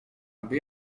aby